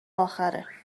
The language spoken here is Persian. آخره